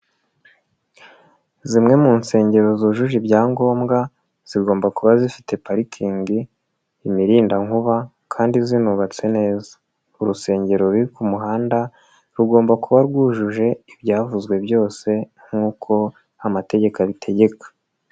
Zimwe mu nsengero zujuje ibyangombwa zigomba kuba zifite parikingi, imirindankuba kandi zinubatse neza. Urusengero ruri ku muhanda rugomba kuba rwujuje ibyavuzwe byose nk'uko amategeko abitegeka.